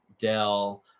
Dell